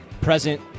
present